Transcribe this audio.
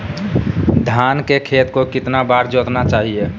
धान के खेत को कितना बार जोतना चाहिए?